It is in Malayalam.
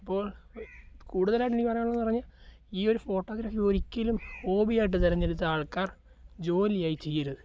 ഇപ്പോൾ കൂടുതലായിട്ട് എനിക്ക് പറയാനുള്ളതെന്ന് പറഞ്ഞാൽ ഈ ഒരു ഫോട്ടോഗ്രാഫി ഒരിക്കലും ഹോബിയായിട്ട് തിരെഞ്ഞെടുത്ത ആൾക്കാർ ജോലി ആയി ചെയ്യരുത്